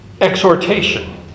exhortation